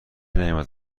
نیامد